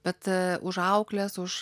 bet už auklės už